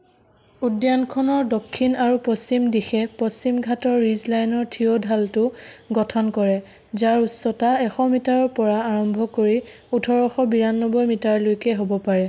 উদ্যানখনৰ দক্ষিণ আৰু পশ্চিম দিশে পশ্চিম ঘাটৰ ৰিজলাইনৰ থিয় ঢালটো গঠন কৰে যাৰ উচ্চতা এশ মিটাৰৰ পৰা আৰম্ভ কৰি ওঁঠৰশ বিৰান্নব্বৈ মিটাৰলৈকে হ'ব পাৰে